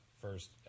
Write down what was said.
First